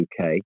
UK